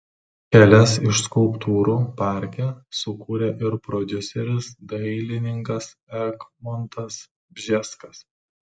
kelias iš skulptūrų parke sukūrė ir prodiuseris dailininkas egmontas bžeskas